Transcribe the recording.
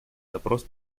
запрос